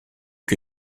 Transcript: que